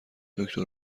دکتر